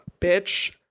Bitch